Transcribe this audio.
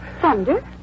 Thunder